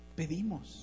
pedimos